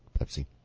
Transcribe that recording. Pepsi